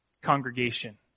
congregation